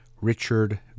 richard